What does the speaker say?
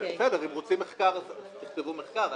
אם רוצים מחקר, תכתבו מחקר.